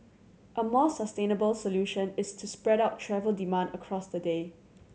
a more sustainable solution is to spread out travel demand across the day